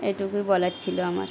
এটুকুই বলার ছিল আমার